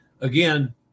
Again